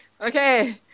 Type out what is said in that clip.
Okay